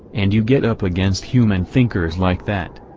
and you get up against hume and thinkers like that.